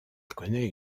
connait